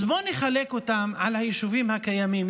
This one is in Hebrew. אז בואו נחלק אותם על היישובים הקיימים,